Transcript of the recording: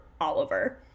Oliver